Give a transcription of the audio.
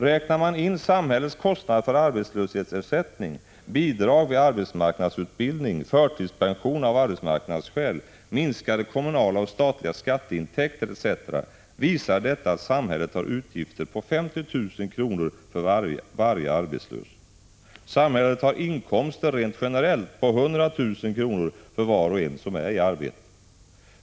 Räknar man in samhällets kostnader för arbetslöshetsersättning, bidrag vid arbetsmarknadsutbildning, förtidspension av arbetsmarknadsskäl, minskade kommunala och statliga skatteintäkter etc., visar det sig att samhället har utgifter på 50 000 kr. för varje arbetslös. Samhället har inkomster rent generellt på 100 000 kr. för var och en som är i arbete.